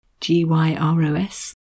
G-Y-R-O-S